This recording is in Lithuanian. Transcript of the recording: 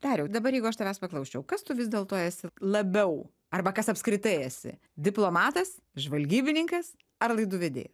dariau dabar jeigu aš tavęs paklausčiau kas tu vis dėlto esi labiau arba kas apskritai esi diplomatas žvalgybininkas ar laidų vedėjas